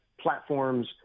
platforms